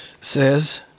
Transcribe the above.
says